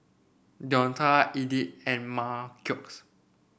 Deonta Edyth and Marquez